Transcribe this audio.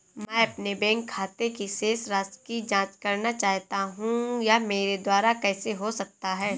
मैं अपने बैंक खाते की शेष राशि की जाँच करना चाहता हूँ यह मेरे द्वारा कैसे हो सकता है?